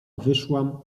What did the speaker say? wyszłam